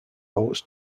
votes